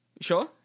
Sure